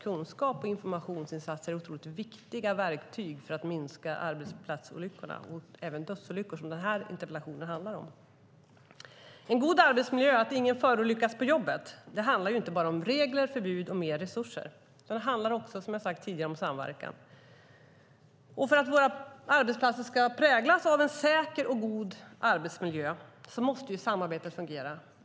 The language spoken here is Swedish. Kunskap och informationsinsatser är otroligt viktiga verktyg för att minska arbetsplatsolyckorna och även dödsolyckor, som interpellationen handlar om. En god arbetsmiljö är att ingen förolyckas på jobbet. Det handlar inte bara om regler, förbud och mer resurser. Det handlar också som jag tidigare sagt om samverkan. För att våra arbetsplatser ska präglas av en säker och god arbetsmiljö måste samarbetet fungera.